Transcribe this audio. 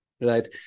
Right